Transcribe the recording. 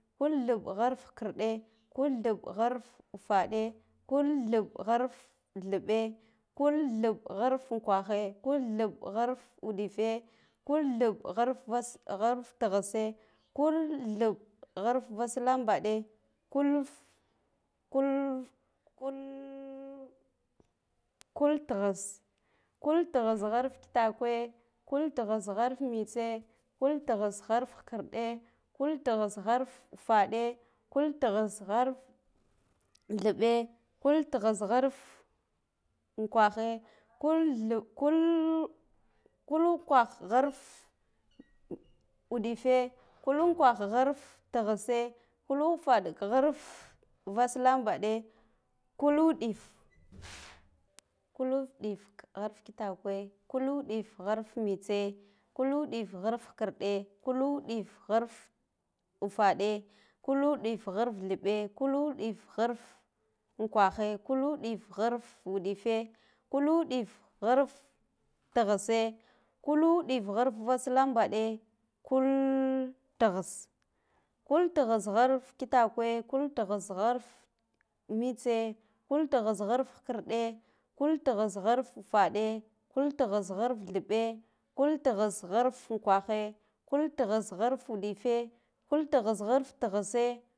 Kultheɓgharfkhikirde, kultheɓgharfufade, kultheɓgharftheɓɓe, kultheɓgharfunkwage, kultheɓgharfuɗife, kultheɓgharfvas, gharfitighise, kartheɓɓgharfvaslambaɗe, kuf kuf, kulltighis, kultigjhisgharfkitakwe, kultighisgharfmitse, kultifhisfharfghikirde, kultighisgharfafaɗe, kultighisghartheɓɓ, kultighisgharfukwaghe, kul kul kultheɓɓikul ukwahgharfudefe, kulunkwahgharfighisse, kulufadharfvas lambade, kuludif, kuluɗifgharfkitakwe, kuluɗifgharfmitse, kuluɗifgharfkhkirde, kuluɗifgharfufaɗe, kuludifghartheɓɓe, kuludifgharfunkwaghe, kuluɗigharfuɗife, kuluɗifgharftighisse, kuluɗifgharfvaslambaɗe, kultighis, kulthighisgharkitakwe, kultighisgharf mitse, kultighisgharfkhikirɗe, kultighisgharfufede, kultighisgharftheɓɓ, kultighigharfunkwaghan, kaltighisgharfuɗife, kultighisgharfighisse